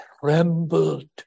trembled